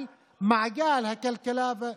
על מעגל הכלכלה.